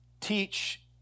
teach